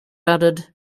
added